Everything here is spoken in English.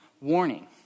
warning